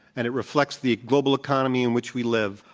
and it reflects the global economy in which we live.